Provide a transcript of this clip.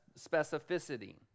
specificity